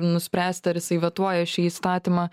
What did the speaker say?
nuspręsti ar jisai vetuoja šį įstatymą